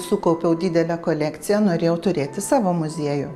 sukaupiau didelę kolekciją norėjau turėti savo muziejų